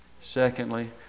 secondly